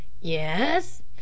yes